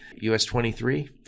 US-23